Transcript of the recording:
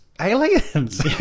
aliens